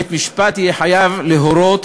בית-המשפט יהיה חייב להורות